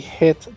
hit